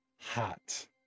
hot